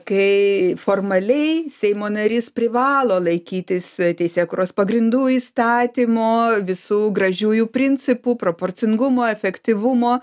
kai formaliai seimo narys privalo laikytis teisėkūros pagrindų įstatymo visų gražiųjų principų proporcingumo efektyvumo